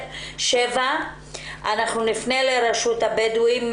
שאנחנו נפנה לרשות הבדואים,